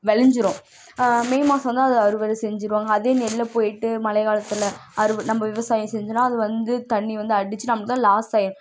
விளஞ்சிரும் May மாசம் வந்து அதை அறுவடை செஞ்சிடுவாங்க அதே நெல்ல போயிட்டு மழை காலத்தில் அறுவ நம்ம விவசாயம் செஞ்சோன்னா அது வந்து தண்ணி வந்து அடித்து நமக்கு தான் லாஸ்ஸே